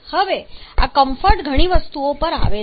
હવે આ કમ્ફર્ટ પર ઘણી વસ્તુઓ આવે છે